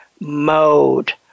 mode